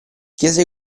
chiese